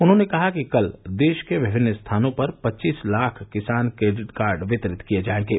उन्होंने कहा कि कल देश के विभिन्न स्थानों पर पच्चीस लाख किसान क्रेडिट कार्ड वितरित किये जायेंगे